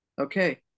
Okay